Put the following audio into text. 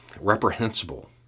reprehensible